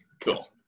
cool